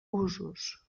usos